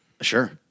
Sure